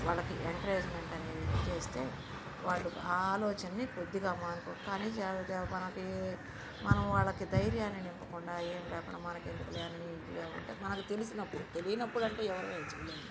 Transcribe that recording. వాళ్ళకి ఎంకరేజ్మెంట్ అనేది ఇది చేస్తే వాళ్ళు ఆ ఆలోచనని కొద్దిగా మానుకొని కానీ చా చా మనకి మనం వాళ్ళకి ధైర్యాన్ని నింపకుండా ఏం లేకుండా మనకి ఎందుకులే అని ఇదిగా ఉంటే మనకు తెలిసినప్పుడు తెలీనప్పుడంటే ఎవరు ఏమీ చేయలేము